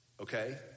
Okay